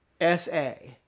S-A